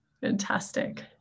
fantastic